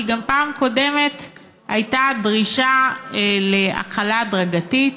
כי גם בפעם הקודמת הייתה דרישה להחלה הדרגתית,